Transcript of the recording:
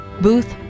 Booth